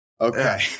Okay